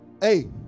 Hey